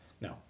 No